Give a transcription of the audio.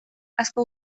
asko